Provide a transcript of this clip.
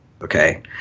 Okay